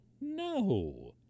no